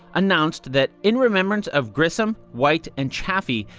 announced that, in remembrance of grissom, white and chaffee,